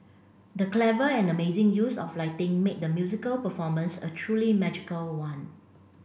the clever and amazing use of lighting made the musical performance a truly magical one